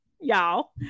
Y'all